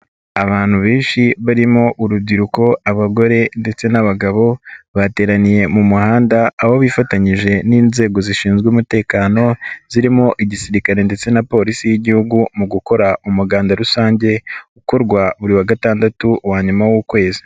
Abantu benshi barimo urubyiruko, abagore ndetse n'abagabo, bateraniye mu muhanda, aho bifatanyije n'inzego zishinzwe umutekano, zirimo igisirikare ndetse na polisi y'igihugu, mu gukora umuganda rusange, ukorwa buri wa gatandatu wa nyuma w'ukwezi.